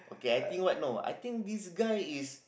okay I think what know I think this guy is